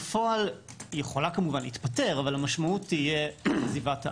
בפועל היא יכולה כמובן להתפטר אבל המשמעות תהיה עזיבת הארץ.